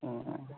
ও